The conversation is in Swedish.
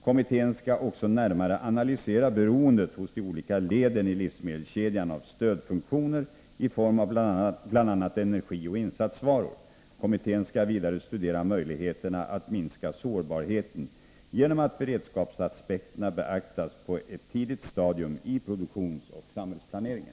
Kommittén skall också närmare analysera beroendet hos de olika leden i livsmedelskedjan av stödfunktioner i form av bl.a. energi och insatsvaror. Kommittén skall vidare studera möjligheterna att minska sårbarheten genom att beredskapsaspekterna beaktas på ett tidigt stadium i produktionsoch samhällsplaneringen.